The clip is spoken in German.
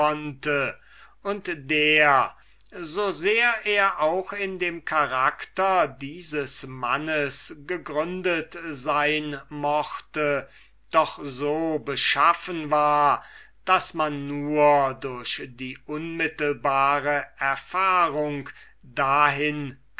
und der so sehr er auch in dem charakter dieses mannes gegründet sein mochte doch so beschaffen war daß man nur durch die unmittelbare erfahrung dahin